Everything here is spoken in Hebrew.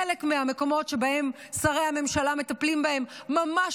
חלק מהמקומות שבהם שרי הממשלה מטפלים ממש